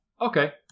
Okay